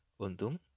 Untung